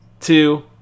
two